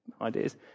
Ideas